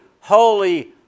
holy